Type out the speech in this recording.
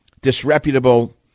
disreputable